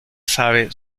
sabe